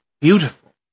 beautiful